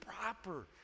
proper